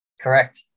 Correct